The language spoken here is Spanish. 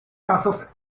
casos